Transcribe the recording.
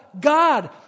God